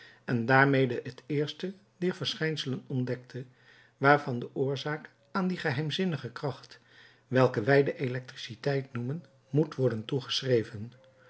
en daarmede het eerste dier verschijnselen ontdekte waarvan de oorzaak aan die geheimzinnige kracht welke wij de elektriciteit noemen moet worden